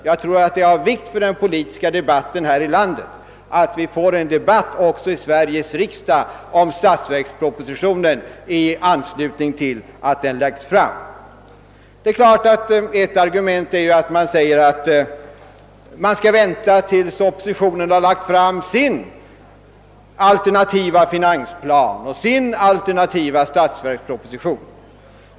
Det är av vikt för den politiska debatten i landet att vi i riksdagen diskuterar statsverkspropositionen i anslutning till att den läggs fram. Ett argument är naturligtvis att man bör vänta tills oppositionen lagt fram sin alternativa finansplan och sin alternativa statsverksproposition.